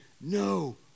No